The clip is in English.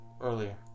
earlier